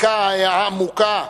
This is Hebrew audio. הזיקה העמוקה,